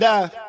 Die